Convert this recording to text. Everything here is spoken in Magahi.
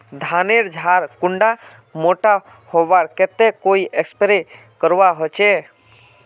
धानेर झार कुंडा मोटा होबार केते कोई स्प्रे करवा होचए?